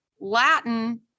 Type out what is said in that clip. Latin